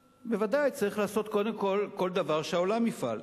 ודאי, צריך לעשות קודם כול כל דבר שהעולם יפעל.